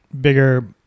Bigger